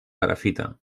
perafita